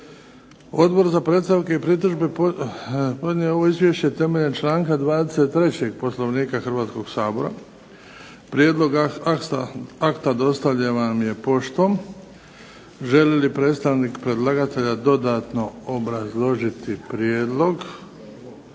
Odbor za predstavke i pritužbe podnio je izvješće temeljem članka 23. Poslovnika Hrvatskog sabora. Prijedlog akta dostavljen vam je poštom. Želi li predstavnik predlagatelja dodatno obrazložiti prijedlog?